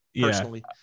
personally